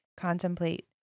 contemplate